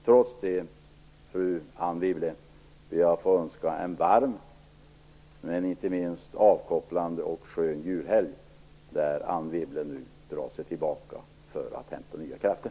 Trots det, fru Anne Wibble, ber jag att få önska en varm och inte minst avkopplande och skön julhelg, när Anne Wibble nu drar sig tillbaka för att hämta nya krafter.